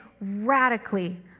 radically